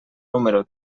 número